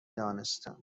دانستم